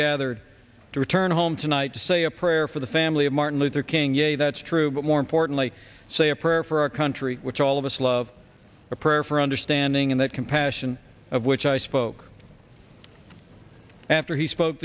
gathered to return home tonight to say a prayer for the family of martin luther king yeah that's true but more importantly say a prayer for our country which all of us love a prayer for understanding and that compassion of which i spoke after he spoke